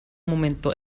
momento